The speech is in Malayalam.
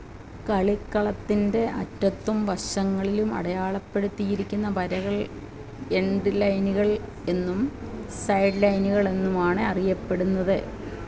കളിക്കളത്തിന്റെ അറ്റത്തും വശങ്ങളിലും അടയാളപ്പെടുത്തിരിക്കുന്ന വരകൾ എൻഡ് ലൈനുകൾ എന്നും സൈഡ് ലൈനുകളെന്നുമാണ് അറിയപ്പെടുന്നത്